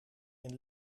een